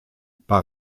bei